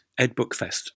edbookfest